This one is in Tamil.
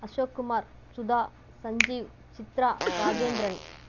அசோக்குமார் சுதா சஞ்ஜீவ் சித்திரா ராஜேந்திரன்